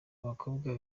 abakobwa